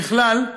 ככלל,